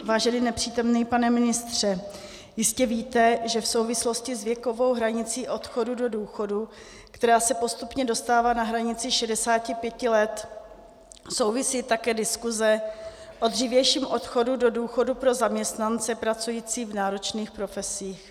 Vážený nepřítomný pane ministře, jistě víte, že v souvislosti s věkovou hranicí odchodu do důchodu, která se postupně dostává na hranici 65 let, souvisí také diskuse o dřívějším odchodu do důchodu pro zaměstnance pracující v náročných profesích.